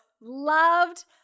loved